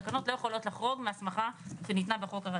תקנות לא יכולות לחרוג מהסמכה שניתנה בחוק הראשי.